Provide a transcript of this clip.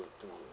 to